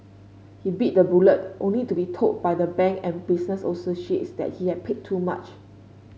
he bit the bullet only to be told by the bank and business associates that he had paid too much